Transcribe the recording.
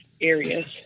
areas